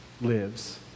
lives